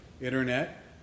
internet